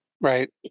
Right